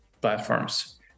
platforms